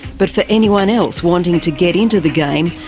but for anyone else wanting to get into the game,